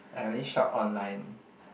I only shop online